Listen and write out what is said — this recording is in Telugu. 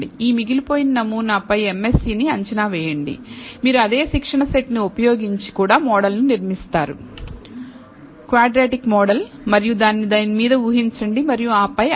ఈ మిగిలిపోయిన నమూనాపై MSE ని అంచనా వేయండి మీరు అదే శిక్షణ సెట్ ని ఉపయోగించి కూడా మోడల్ నిర్మిస్తారు క్వాడ్రాటిక్ మోడల్ మరియు దానిని దీని మీద ఊహించండి మరియు ఆపై అలా